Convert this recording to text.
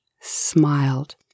smiled